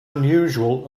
unusual